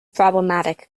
problematic